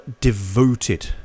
devoted